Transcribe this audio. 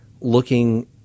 looking